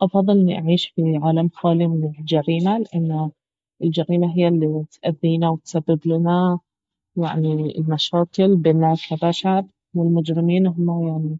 افضل اني أعيش في عالم خالي من الجريمة لان الجريمة اهي الي تاذينا وتسبب لنا يعني المشاكل بيننا كبشر والمجرمين اهما يعني